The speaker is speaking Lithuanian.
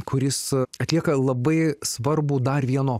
kuris atlieka labai svarbų dar vieno